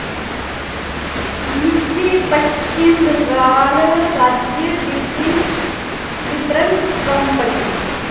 मिगी पच्छमी बंगाल राज्य बिजली वितरण कंपनी